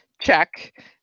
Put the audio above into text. Check